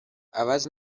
عوض